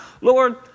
Lord